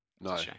No